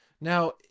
Now